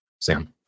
Sam